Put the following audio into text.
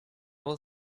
will